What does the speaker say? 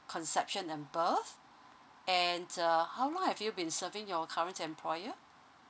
conception and birth and uh how long have you been serving your current employer